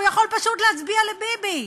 הוא יכול פשוט להצביע לביבי.